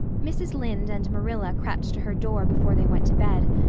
mrs. lynde and marilla crept to her door before they went to bed,